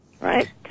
right